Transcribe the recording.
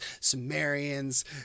Sumerians